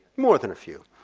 more than a few.